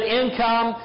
income